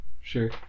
Sure